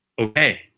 okay